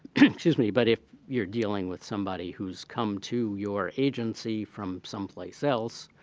excuse me. but if you're dealing with somebody who's come to your agency from someplace else,